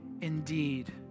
indeed